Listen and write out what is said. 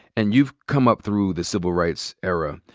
and you've come up through the civil rights era.